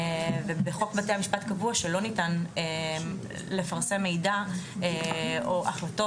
ובחוק בתי-המשפט קבעו שלא ניתן לפרסם מידע או החלטות